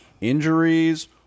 injuries